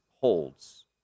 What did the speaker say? holds